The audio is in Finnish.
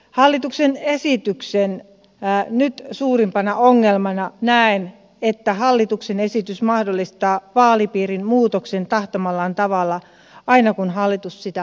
hallituksen esityksen nyt suurimpana ongelmana näen että hallituksen esitys mahdollistaa vaalipiirin muutoksen tahtomallaan tavalla aina kun hallitus sitä haluaa